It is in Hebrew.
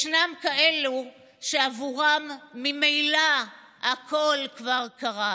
ישנם כאלה שעבורם ממילא הכול כבר קרס.